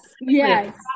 Yes